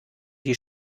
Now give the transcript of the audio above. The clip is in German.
die